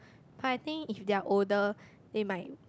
but I think if they're older they might